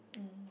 mm